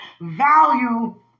value